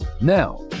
now